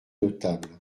notable